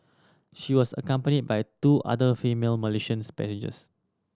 she was accompanied by two other female Malaysian 's passengers